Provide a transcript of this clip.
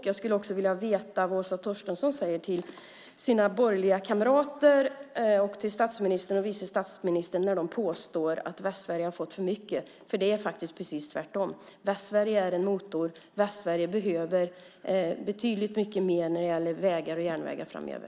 Jag skulle också vilja veta vad Åsa Torstensson säger till sina borgerliga kamrater och till statsministern och vice statsministern när de påstår att Västsverige har fått för mycket. Det är faktiskt precis tvärtom. Västsverige är en motor. Västsverige behöver betydligt mycket mer när det gäller vägar och järnvägar framöver.